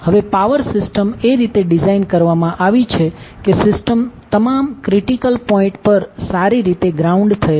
હવે power system એ રીતે ડિઝાઇન કરવામાં આવી છે કે સિસ્ટમ તમામ ક્રીટીકલ પોઈન્ટ પર સારી રીતે ગ્રાઉન્ડ થયેલ છે